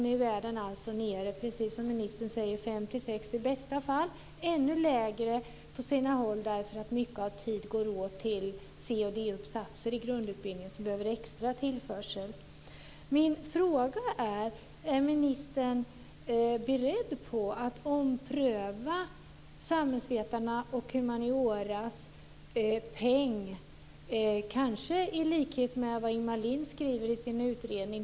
Nu är det alltså nere i, precis som ministern säger, 5-6 i bästa fall. På sina håll ligger det ännu lägre eftersom mycket av tiden går åt till C och D-uppsatser i grundutbildningen som behöver extra tillförsel. En fråga är: Är ministern beredd att ompröva samhällsvetarnas och humaniorans peng kanske i likhet med vad Ingemar Lind skriver i sin utredning?